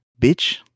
bitch